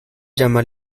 llama